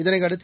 இதையடுத்து